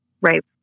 Right